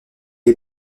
est